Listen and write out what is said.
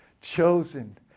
chosen